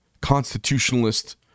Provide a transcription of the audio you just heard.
constitutionalist